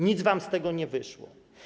Nic wam z tego nie wyszło.